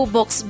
Box